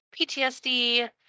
ptsd